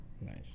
Nice